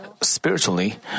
Spiritually